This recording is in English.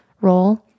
role